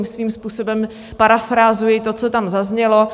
Svým způsobem parafrázuji to, co tam zaznělo.